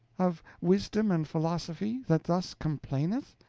of wisdom and philosophy, that thus complaineth?